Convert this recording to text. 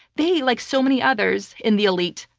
they, like so many others in the elite,